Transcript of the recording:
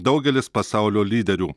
daugelis pasaulio lyderių